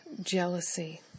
jealousy